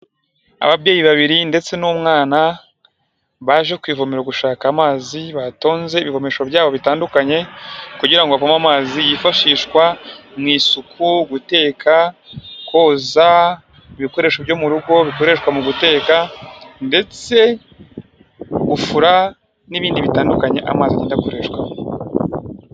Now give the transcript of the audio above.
Ababyeyi babiri ndetse n'umwana baje kwivomerara gushaka amazi, batonze ibivomesho byabo bitandukanye. Kugira ngo bavome amazi yifashishwa mu isuku guteka, koza ibikoresho byo mu rugo bikoreshwa mu guteka ndetse gufura n'ibindi bitandukanye amazi adakoreshwa.